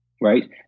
Right